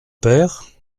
père